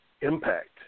impact